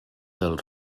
del